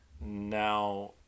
now